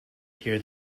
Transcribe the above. hear